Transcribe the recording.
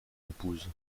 épouse